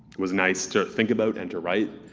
was nice to think about and to write.